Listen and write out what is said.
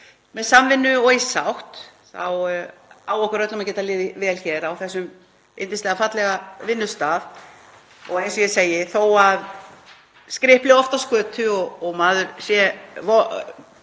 með samvinnu og í sátt á okkur öllum að geta liðið vel hér á þessum yndislega fallega vinnustað. Og eins og ég segi, þó að skripli oft á skötu og maður sé